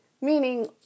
Meaning